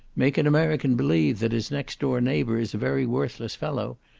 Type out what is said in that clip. make an american believe that his next-door neighbour is a very worthless fellow,